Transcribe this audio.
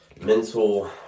mental